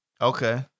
Okay